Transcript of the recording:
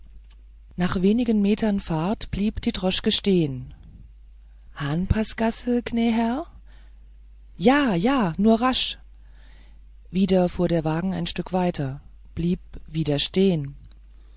nach wenigen metern fahrt blieb die droschke stehn hahnpaßgassä gnä herr ja ja nur rasch wieder fuhr der wagen ein stück weiter wieder blieb er stehen